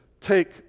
take